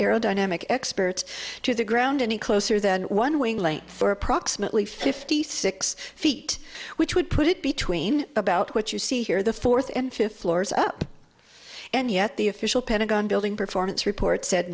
aerodynamic experts to the ground any closer than one wing length for approximately fifty six feet which would put it between about what you see here the fourth and fifth floors up and yet the official pentagon building performance report said